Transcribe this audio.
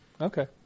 Okay